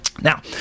Now